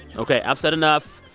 ok. i've said enough.